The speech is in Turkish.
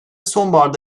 sonbaharda